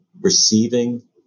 receiving